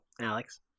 Alex